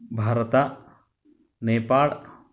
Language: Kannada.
ಭಾರತ ನೇಪಾಳ್